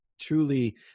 truly